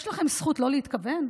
יש לכם זכות לא להתכוון?